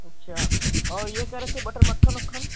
अच्छा और ये कह रहे थे बटर मक्खन वक्खन